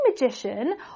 magician